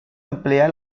emplea